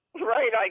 right